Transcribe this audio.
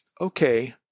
okay